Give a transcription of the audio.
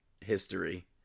history